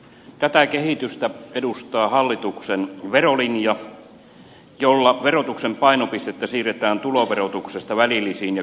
tätä kehitystä edustaa hallituksen verolinja jolla verotuksen painopistettä siirretään tuloverotuksesta välillisiin ja kulutusveroihin